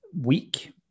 week